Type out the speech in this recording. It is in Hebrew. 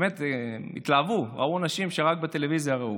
באמת התלהבו, ראו אנשים שרק בטלוויזיה ראו.